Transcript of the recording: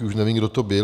Už nevím, kdo to byl.